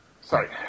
sorry